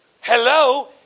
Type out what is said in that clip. hello